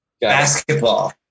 basketball